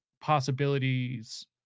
possibilities